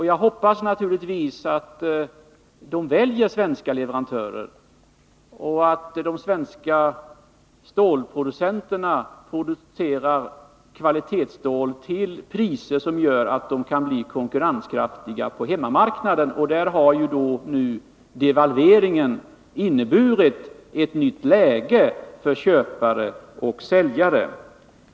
Jag hoppas naturligtvis att de väljer svenska leverantörer och att de svenska stålproducenterna producerar kvalitetsstål till priser som gör att de kan bli konkurrenskraftiga på hemmamarknaden. Där har ju devalveringen nu inneburit ett nytt läge för köpare och säljare.